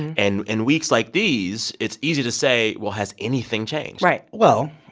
and in weeks like these, it's easy to say, well, has anything changed? right well,